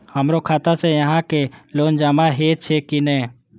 हमरो खाता से यहां के लोन जमा हे छे की ने?